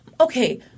okay